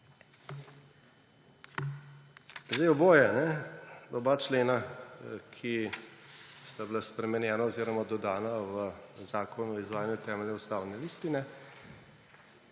niso bili. Oba člena, ki sta bila spremenjena oziroma dodana v zakon o izvajanju temeljne ustavne listine